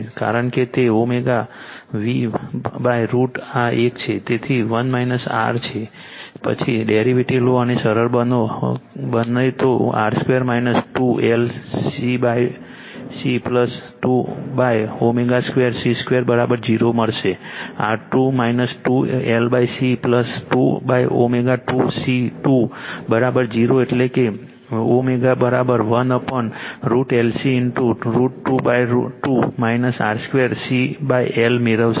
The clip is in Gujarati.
કારણ કે તે ω V√ આ એક છે તેથી 1R છે પછી ડેરિવેટિવ લો અને સરળ બને તો R 2 2 LC 2ω 2 C 20 મળશે R 2 2 LC 2ω 2 C 20 એટલે કે તે ω1√L C √22 R 2 CL મેળવશે